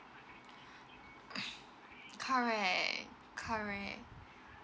correct correct